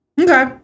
Okay